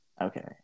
Okay